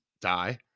die